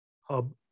hub